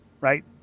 right